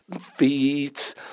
feet